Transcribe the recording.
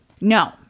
No